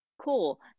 cool